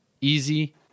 Easy